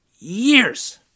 years